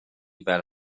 fel